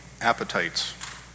appetites